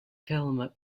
thelma